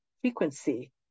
frequency